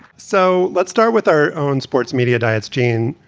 so let's start with our own sports media diets, gene.